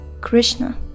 Krishna